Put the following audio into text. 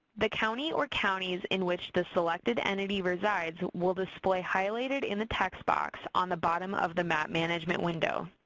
the county or counties in which the selected entity resides will display highlighted in the text box on the bottom of the map management window.